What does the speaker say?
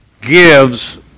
gives